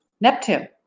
neptune